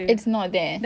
it's not there